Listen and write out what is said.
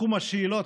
בתחום השאלות,